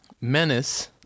Menace